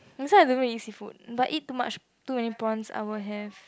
that's why I don't eat seafood but eat too much too many prawns I will have